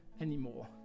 anymore